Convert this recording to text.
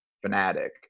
fanatic